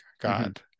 god